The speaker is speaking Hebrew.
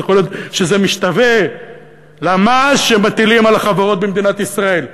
אז יכול להיות שזה משתווה למס שמטילים על החברות במדינת ישראל,